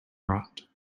rot